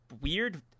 Weird